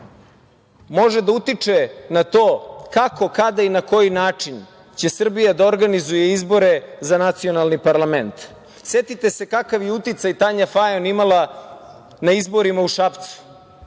može da utiče na to kako, kada i na koji način će Srbija da organizuje izbore za nacionalni parlament. Setite se kakav je uticaj Tanja Fajon imala na izborima u Šapcu,